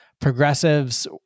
progressives